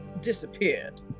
disappeared